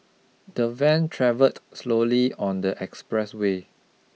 the van travelled slowly on the expressway